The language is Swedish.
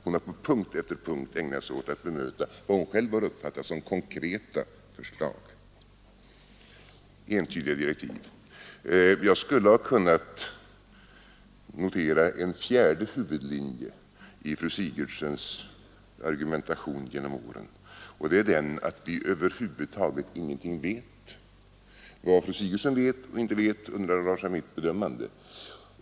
Hon har där på punkt efter punkt ägnat sig åt att bemöta vad hon själv har uppfattat som konkreta förslag och entydiga direktiv. Jag skulle ha kunnat notera en fjärde huvudlinje i fru Sigurdsens argumentation genom åren, nämligen att vi över huvud taget ingenting vet. Vad fru Sigurdsen vet eller inte vet undandrar sig mitt bedömande.